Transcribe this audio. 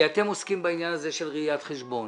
אתם עוסקים בעניין של ראיית חשבון